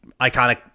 iconic